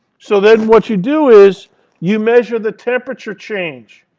so then what you do is you measure the temperature change.